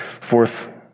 fourth